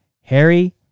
Harry